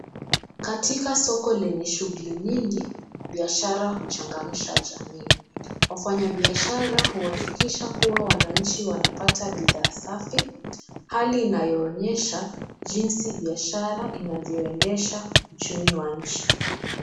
Katika soko lenye shughuli nyingi, biashara huchamgamsha jamii. Wafanyibiashara hukakikisha kuwa wananchi wanapata bidhaa safi. Hali inayoonyesha jinsi biashara inavyooendesha uchumi wa nchi.